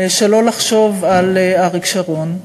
שלא לחשוב על אריק שרון.